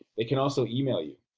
they can also email you.